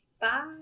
Bye